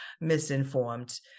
misinformed